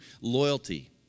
loyalty